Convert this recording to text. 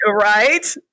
right